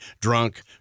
drunk